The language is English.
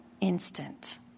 instant